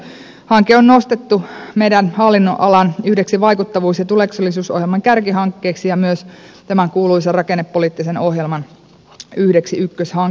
hanke on nostettu meidän hallinnonalamme yhdeksi vaikuttavuus ja tuloksellisuusohjelman kärkihankkeista ja myös yhdeksi tämän kuuluisan rakennepoliittisen ohjelman ykköshankkeista